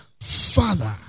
Father